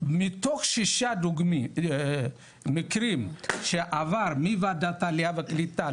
מתוך שישה מקרים שעברו מוועדת העלייה והקליטה,